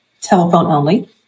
telephone-only